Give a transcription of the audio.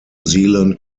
zealand